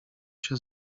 się